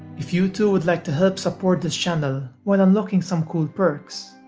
if you too would like to help support this channel while unlocking some cool perks,